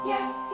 Yes